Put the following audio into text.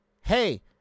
hey